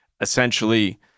essentially